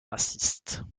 racistes